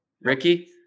Ricky